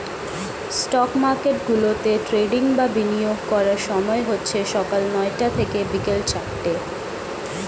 stock মার্কেটগুলোতে trading বা বিনিয়োগ করার সময় হচ্ছে সকাল নয়টা থেকে বিকেল চারটে